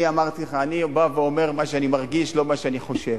אני בא ואומר מה שאני מרגיש, לא מה שאני חושב.